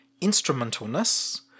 instrumentalness